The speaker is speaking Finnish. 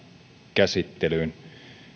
käsittelyyn